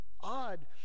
odd